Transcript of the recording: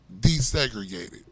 desegregated